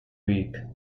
week